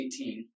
18